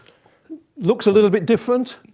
looks a little bit different,